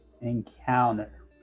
encounter